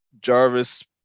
Jarvis